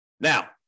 Now